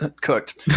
cooked